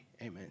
Amen